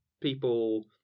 people